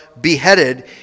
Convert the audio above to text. beheaded